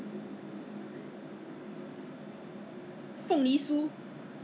零食可以买 lah 有时候要吃 you know I don't mind buying some snacks 零食 like